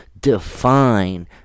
define